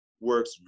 works